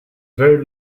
very